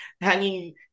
hanging